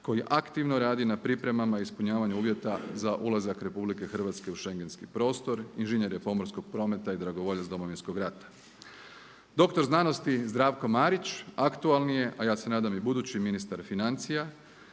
koji aktivno radi na pripremama i ispunjavanju uvjeta za ulazak RH u schengenski prostor, inženjer je pomorskog prometa i dragovoljac Domovinskog rata. Doktor znanosti Zdravko Marić, aktualni je, a ja se nadam i budući ministar financija.